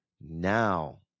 Now